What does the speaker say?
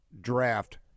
draft